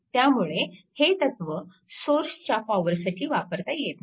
त्यामुळे हे तत्व सोर्सच्या पॉवरसाठी वापरता येत नाही